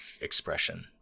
expression